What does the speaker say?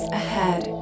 ahead